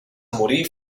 morir